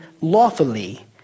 lawfully